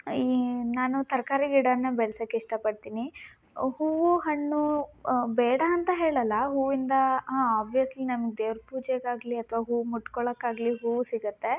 ಈ ನಾನು ತರಕಾರಿ ಗಿಡನ ಬೆಳೆಸೋಕೆ ಇಷ್ಟಪಡ್ತೀನಿ ಹೂವು ಹಣ್ಣು ಬೇಡ ಅಂತ ಹೇಳೋಲ್ಲ ಹೂವಿಂದ ಹಾಂ ಆಬ್ವಿಯಸ್ಲಿ ನಮ್ಗೆ ದೇವ್ರ ಪೂಜೆಗಾಗಲಿ ಅಥವಾ ಹೂ ಮುಡ್ಕೊಳ್ಳೋಕ್ಕಾಗಲಿ ಹೂವು ಸಿಗುತ್ತೆ